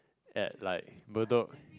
at like Bedok